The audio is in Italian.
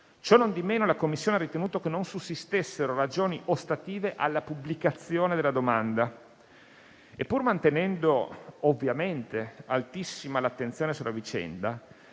Cionondimeno, la Commissione ha ritenuto che non sussistessero ragioni ostative alla pubblicazione della domanda e, pur mantenendo ovviamente altissima l'attenzione sulla vicenda,